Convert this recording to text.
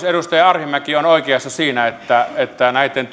edustaja arhinmäki on oikeassa siinä että että näitten